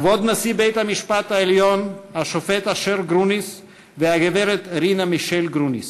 כבוד נשיא בית-המשפט העליון השופט אשר גרוניס והגברת רינה משל גרוניס,